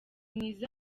mwiza